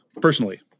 personally